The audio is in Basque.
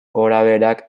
gorabeherak